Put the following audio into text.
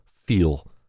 feel